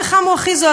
הפחם הוא הכי זול.